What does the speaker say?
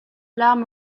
larmes